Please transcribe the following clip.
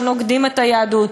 שנוגדים את היהדות.